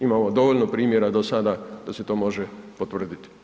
Imamo dovoljno primjera do sada da se to može potvrditi.